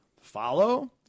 follow